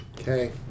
Okay